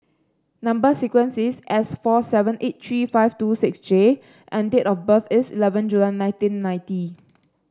number sequence is S four seven eight three five two six J and date of birth is eleven July nineteen ninety